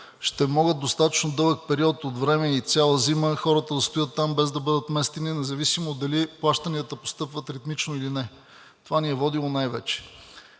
ще могат достатъчно дълъг период от време и цяла зима хората да стоят там, без да бъдат местени, независимо дали плащанията постъпват ритмично или не. Това ни е водило най-вече.